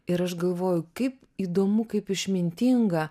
ir aš galvoju kaip įdomu kaip išmintinga